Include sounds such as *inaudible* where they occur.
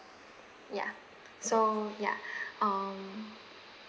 ya so ya *breath* um